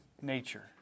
Nature